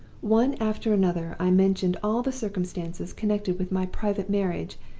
one after another i mentioned all the circumstances connected with my private marriage,